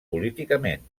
políticament